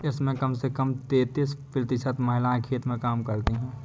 इसमें कम से कम तैंतीस प्रतिशत महिलाएं खेत में काम करती हैं